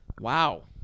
Wow